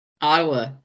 ottawa